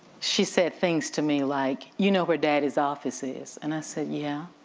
she said things to me like, you know where daddy's office is? and i said, yeah.